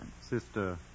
Sister